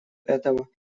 этого